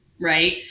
right